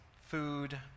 food